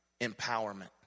empowerment